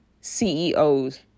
CEOs